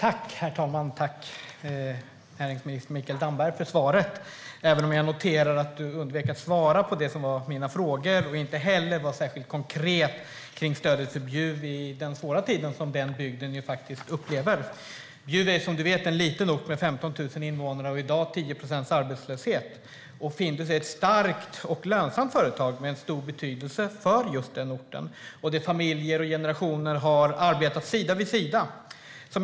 Herr talman! Jag tackar för svaret, näringsminister Mikael Damberg, även om jag noterar att du undvek att svara på mina frågor och inte var särskilt konkret kring stödet till Bjuv i den svåra tid bygden faktiskt upplever. Bjuv är som du vet en liten ort med 15 000 invånare och i dag 10 procents arbetslöshet. Findus är ett starkt och lönsamt företag med stor betydelse för orten, och det är ett företag där familjer och generationer har arbetat sida vid sida.